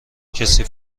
کسی